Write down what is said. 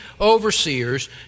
overseers